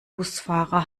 busfahrer